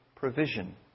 provision